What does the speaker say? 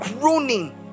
groaning